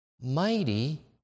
Mighty